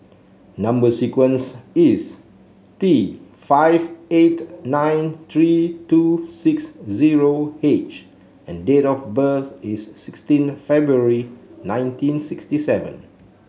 number sequence is T five eight nine three two six zero H and date of birth is sixteen February nineteen sixty seven